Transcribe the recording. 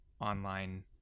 online